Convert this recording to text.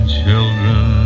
children